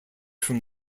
from